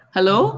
Hello